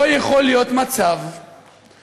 לא יכול להיות מצב שבו